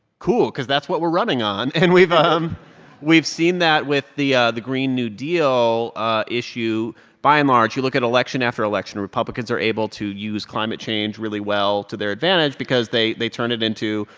cool, cause that's what we're running on. and we've um we've seen that with the ah the green new deal ah issue by and large, you look at election after election republicans are able to use climate change really well to their advantage because they they turn it into,